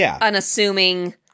unassuming